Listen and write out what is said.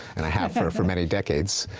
and i have for for many decades.